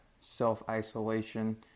self-isolation